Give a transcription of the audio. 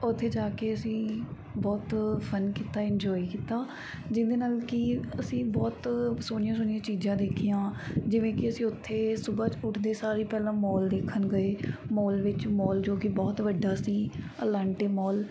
ਉੱਥੇ ਜਾ ਕੇ ਅਸੀਂ ਬਹੁਤ ਫਨ ਕੀਤਾ ਇੰਜੋਏ ਕੀਤਾ ਜਿਹਦੇ ਨਾਲ ਕਿ ਅਸੀਂ ਬਹੁਤ ਸੋਹਣੀਆਂ ਸੋਹਣੀਆਂ ਚੀਜ਼ਾਂ ਦੇਖੀਆਂ ਜਿਵੇਂ ਕਿ ਅਸੀਂ ਉੱਥੇ ਸੁਬਹ ਉੱਠਦੇ ਸਾਰ ਹੀ ਪਹਿਲਾਂ ਮੌਲ ਦੇਖਣ ਗਏ ਮੌਲ ਵਿੱਚ ਮੌਲ ਜੋ ਕਿ ਬਹੁਤ ਵੱਡਾ ਸੀ ਅਲਾਂਟੇ ਮੌਲ